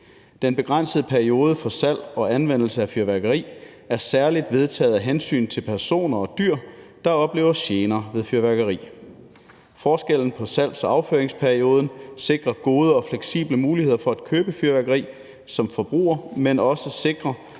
Den begrænsede periode for salg og anvendelse af fyrværkeri er særlig vedtaget af hensyn til personer og dyr, der oplever gener ved fyrværkeri. Forskellen på salgs- og affyringsperioden sikrer gode og fleksible muligheder for at købe fyrværkeri som forbruger, men sikrer